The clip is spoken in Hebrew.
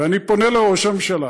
ואני פונה לראש הממשלה